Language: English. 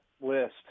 list